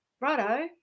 righto